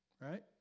right